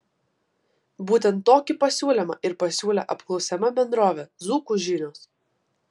būtent tokį pasiūlymą ir pasiūlė apklausiama bendrovė dzūkų žinios